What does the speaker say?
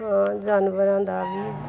ਆ ਜਾਨਵਰਾਂ ਦਾ ਵੀ